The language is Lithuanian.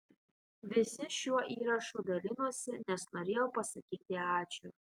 visi šiuo įrašu dalinosi nes norėjo pasakyti ačiū